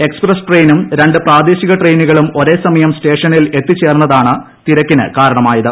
express ട്രെയിനും രണ്ട് പ്രാദേശ്രിക് ്ട്രെയിനുകളും ഒരേ സമയം സ്റ്റേഷനിൽ എത്തിച്ചേർന്നതാണ് തിരക്കിന് കാരണമായത്